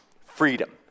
freedom